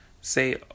say